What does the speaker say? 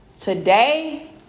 Today